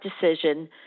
decision